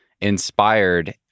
inspired